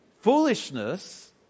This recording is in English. Foolishness